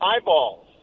eyeballs